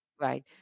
right